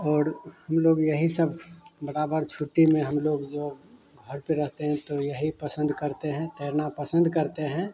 और हम लोग यही सब बराबर छुट्टी में हम लोग जो बाहर पर रहते हैं तो यही पसंद करते हैं तैरना पसंद करते हैं